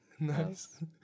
Nice